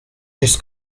his